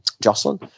Jocelyn